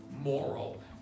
moral